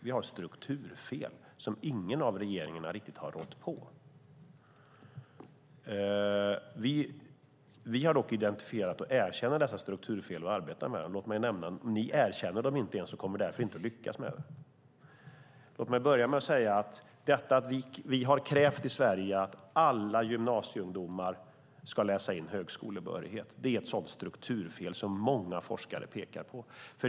Vi har strukturfel som ingen av regeringarna riktigt har rått på. Vi har dock identifierat och erkänner dessa strukturfel och arbetar med dem. Ni erkänner dem inte ens och kommer därför inte att lyckas med dem. Låt mig börja med att säga att detta att vi i Sverige har krävt att alla gymnasieungdomar ska läsa in högskolebehörighet är ett sådant strukturfel som många forskare pekar på.